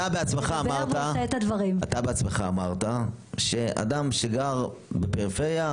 אתה בעצמך אמרת שאדם שגר בפריפריה,